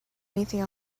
anything